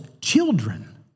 children